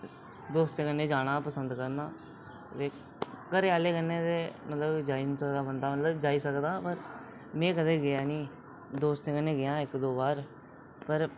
दोस्तें कन्नै जाना ई पसंद करना ते घरै आह्लें कन्नै ते मतलब जाई निं सकदा बंदा मतलब जाई सकदा पर में कदें गेआ निं दोस्तें कन्नै गेआ इक दो बार पर